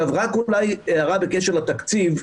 רק הערה בקשר לתקציב,